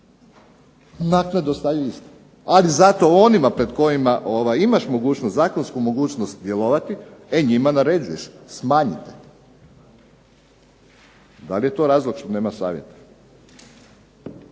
Naknade ostaju iste. Ali zato onima pred kojima imaš mogućnost, zakonsku mogućnost djelovati e njima naređuješ, smanjite. Da li je to razlog što nema savjeta?